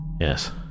yes